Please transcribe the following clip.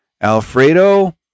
Alfredo